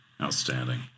Outstanding